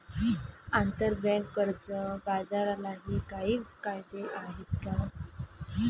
आंतरबँक कर्ज बाजारालाही काही कायदे आहेत का?